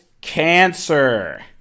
cancer